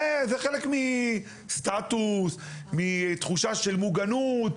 זה חלק מסטטוס, מתחושת של מוגנות.